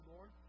Lord